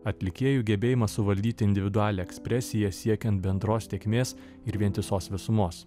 atlikėjų gebėjimas suvaldyti individualią ekspresiją siekiant bendros tėkmės ir vientisos visumos